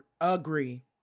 agree